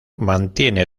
mantiene